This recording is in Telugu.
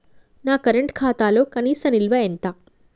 నా కరెంట్ ఖాతాలో కనీస నిల్వ ఎంత?